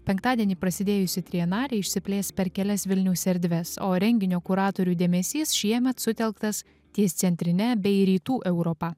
penktadienį prasidėjusi trienarė išsiplės per kelias vilniaus erdves o renginio kuratorių dėmesys šiemet sutelktas ties centrine bei rytų europa